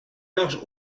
large